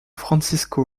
francisco